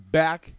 back